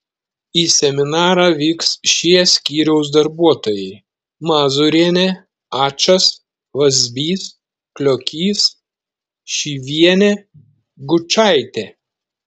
į seminarą vyks šie skyriaus darbuotojai mazūrienė ačas vazbys kliokys šyvienė gučaitė